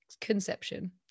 conception